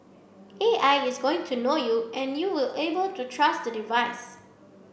A I is going to know you and you will be able to trust the device